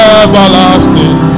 everlasting